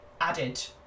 added